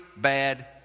bad